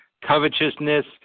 covetousness